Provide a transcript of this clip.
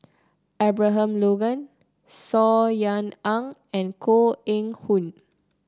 Abraham Logan Saw Ean Ang and Koh Eng Hoon